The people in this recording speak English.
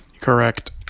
Correct